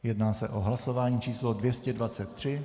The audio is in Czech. Jedná se o hlasování číslo 223.